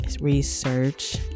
research